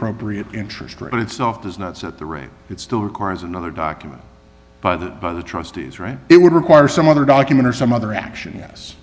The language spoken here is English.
appropriate interest rate itself does not set the rate it still requires another document by the by the trustees write it would require some other document or some other action yes